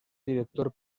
director